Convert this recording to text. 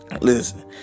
listen